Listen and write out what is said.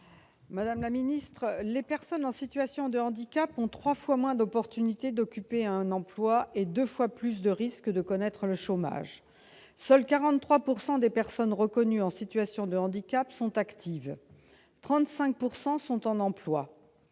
sur l'article. Les personnes en situation de handicap ont trois fois moins de chances d'occuper un emploi et deux fois plus de risques de connaître le chômage. Seulement 43 % des personnes reconnues en situation de handicap sont actives, et 35 % sont en emploi.